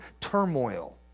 turmoil